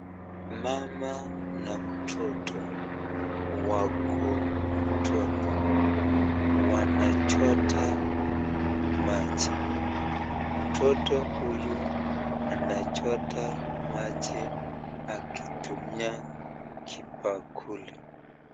Mama na mtoto wako mtoni wanachota maji. Mtoto huyu anachota maji akitumia kibakuli.